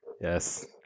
Yes